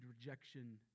rejection